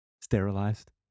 Sterilized